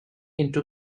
into